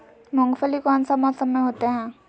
मूंगफली कौन सा मौसम में होते हैं?